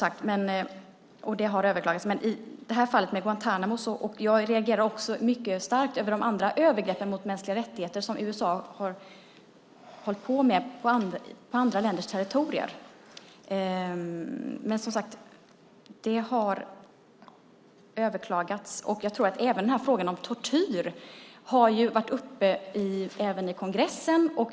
Fallet Guantánamo har överklagats, och jag reagerar också mycket starkt på de andra övergrepp mot mänskliga rättigheter som USA har hållit på med på andra länders territorier. Det har som sagt överklagats, och jag tror att även frågan om tortyr har varit uppe i kongressen.